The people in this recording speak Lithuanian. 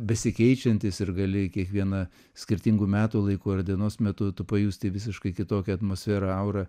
besikeičiantis ir gali kiekviena skirtingu metų laiku ar dienos metu tu pajusti visiškai kitokią atmosferą aurą